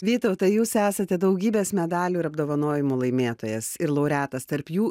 vytautai jūs esate daugybės medalių ir apdovanojimų laimėtojas ir laureatas tarp jų